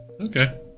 Okay